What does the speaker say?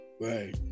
right